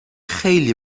خیلی